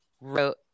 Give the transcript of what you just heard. wrote